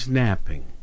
napping